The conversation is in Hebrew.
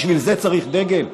בשביל זה צריך דגל?